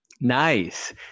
Nice